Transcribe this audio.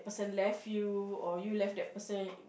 left you or you left that person